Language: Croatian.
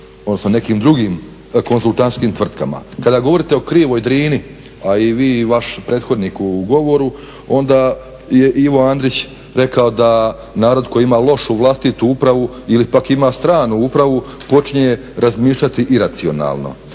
nekim drugim konzultantskim tvrtkama. Kada govorite o krivoj Drini, a i vi i vaš prethodnik u govoru onda je Ivo Andrić rekao da narod koji ima lošu vlastitu upravu ili pak ima stranu upravu počinje razmišljati iracionalno.